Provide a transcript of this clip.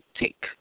take